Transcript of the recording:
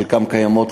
חלקן קיימות,